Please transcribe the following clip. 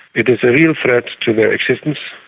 it is a real threat to their existence.